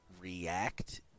react